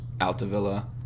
Altavilla